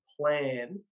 plan